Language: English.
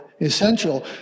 essential